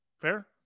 Fair